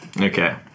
Okay